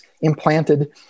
implanted